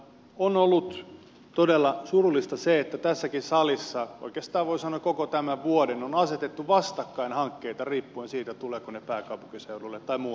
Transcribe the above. on ollut todella surullista se että tässäkin salissa oikeastaan voi sanoa koko tämän vuoden on asetettu vastakkain hankkeita riippuen siitä tulevatko ne pääkaupunkiseudulle vai muualle suomeen